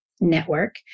network